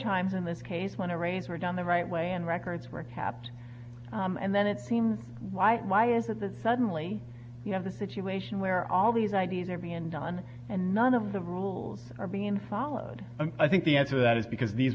times in this pays when it rains were done the right way and records were kept and then it seems why why is it that suddenly you have a situation where all these ideas are been done and none of the rules are being followed and i think the answer to that is because these